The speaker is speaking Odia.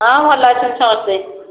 ହଁ ଭଲ ଅଛନ୍ତି ସମସ୍ତେ